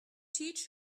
teach